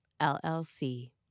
LLC